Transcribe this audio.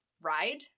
ride